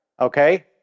okay